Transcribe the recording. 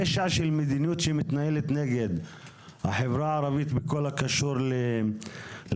פשע של מדיניות שמתנהלת נגד החברה הערבית בכל הקשור לתכנון,